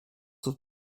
was